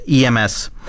EMS